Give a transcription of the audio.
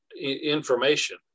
information